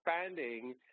expanding